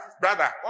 brother